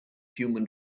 human